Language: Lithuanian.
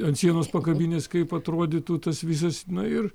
ant sienos pakabinęs kaip atrodytų tas visas na ir